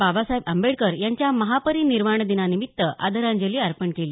बाबसाहेब आंबेडकर यांच्या महापरिनिर्वाणानिमित्त आदरांजली अर्पण केली